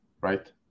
right